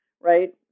right